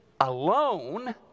alone